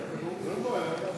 52 חברי כנסת.